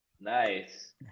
Nice